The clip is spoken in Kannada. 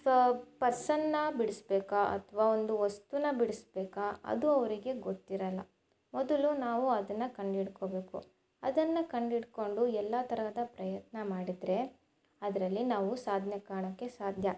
ಸೊ ಪರ್ಸನ್ನ ಬಿಡಿಸ್ಬೇಕಾ ಅಥವಾ ಒಂದು ವಸ್ತುನ ಬಿಡಿಸ್ಬೇಕಾ ಅದು ಅವರಿಗೆ ಗೊತ್ತಿರಲ್ಲ ಮೊದಲು ನಾವು ಅದನ್ನು ಕಂಡಿಡ್ಕೋಬೇಕು ಅದನ್ನು ಕಂಡಿಡ್ಕೊಂಡು ಎಲ್ಲ ತರಹದ ಪ್ರಯತ್ನ ಮಾಡಿದ್ರೆ ಅದರಲ್ಲಿ ನಾವು ಸಾಧನೆ ಕಾಣೋಕೆ ಸಾಧ್ಯ